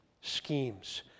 schemes